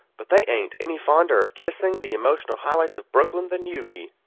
but they ain't any fonder of kissing the emotional highlights of brooklyn than you be.